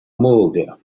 moger